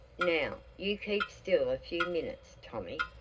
now you keep still a few minutes, tommy,